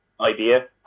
idea